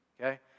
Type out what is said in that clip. Okay